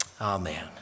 Amen